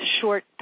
short